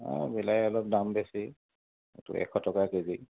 অঁ বিলাহী অলপ দাম বেছি এইটো এশ টকা কেজি